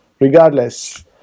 regardless